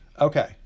Okay